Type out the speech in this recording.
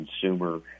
consumer